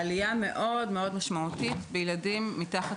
העלייה המשמעותית מאוד היא אצל ילדים מתחת